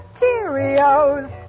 Cheerios